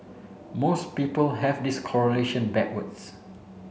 most people have this correlation backwards